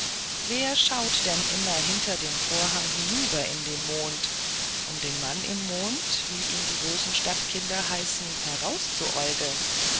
aber wer schaut denn immer hinter dem vorhang hinüber in den mond um den mann im mond wie ihn die bösen stadtkinder heißen